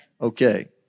Okay